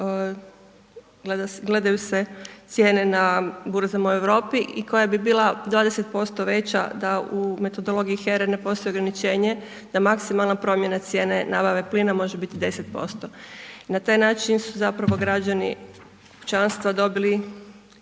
gledaju se cijene na burzama u Europi i koja bi bila 20% veća da u metodologiji HERE ne postoji ograničenje da maksimalna promjena cijene nabave plina može biti 10%. I na taj način su zapravo građani kućanstva dobili